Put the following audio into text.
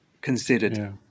considered